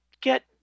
get